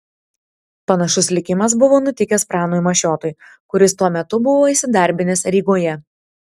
panašus likimas buvo nutikęs pranui mašiotui kuris tuo metu buvo įsidarbinęs rygoje